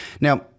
Now